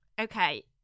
okay